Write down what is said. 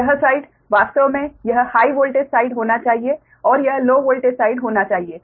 तो यह साइड वास्तव में यह हाइ वोल्टेज साइड होना चाहिए और यह लो वोल्टेज साइड होना चाहिए